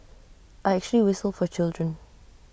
I actually whistle for children